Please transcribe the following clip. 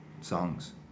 songs